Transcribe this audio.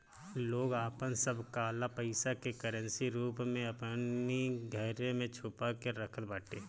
लोग आपन सब काला पईसा के करेंसी रूप में अपनी घरे में छुपा के रखत बाटे